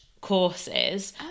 courses